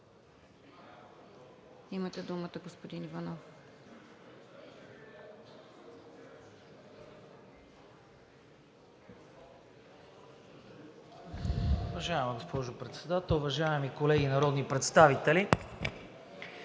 Имате думата, господин Иванов.